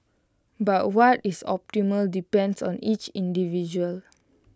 but what is optimal depends on each individual